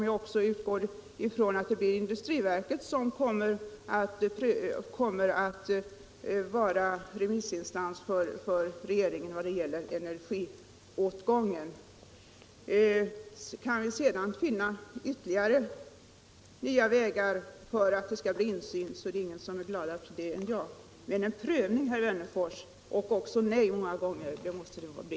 Jag utgår även från att industriverket kommer att vara remissinstans för regeringen i vad gäller energiåtgången. Kan vi dessutom finna ytterligare vägar för att möjliggöra insyn, blir ingen gladare för detta än jag. Det måste dock, herr Wennerfors, bli en prövning och också många gånger avslag vid en sådan prövning.